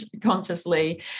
consciously